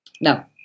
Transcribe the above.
No